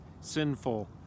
sinful